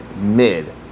mid